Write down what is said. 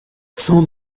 cent